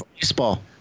Baseball